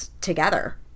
together